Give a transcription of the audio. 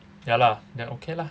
ya lah then okay lah